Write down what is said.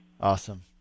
Awesome